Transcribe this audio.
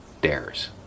Dares